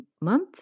month